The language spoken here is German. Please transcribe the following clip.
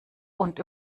und